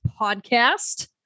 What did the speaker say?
Podcast